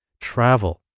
travel